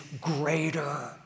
greater